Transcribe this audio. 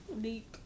Deep